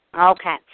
okay